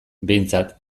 behintzat